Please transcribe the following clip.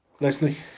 Leslie